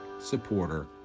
supporter